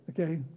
okay